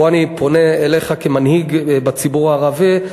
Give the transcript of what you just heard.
ופה אני פונה אליך כמנהיג בציבור הערבי,